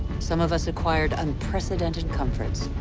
some of us acquired unprecedented comforts.